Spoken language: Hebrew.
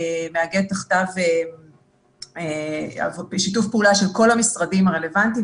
מעגן תחתיו שיתוף פעולה של כל המשרדים הרלוונטיים,